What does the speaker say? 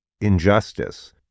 injustice